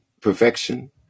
perfection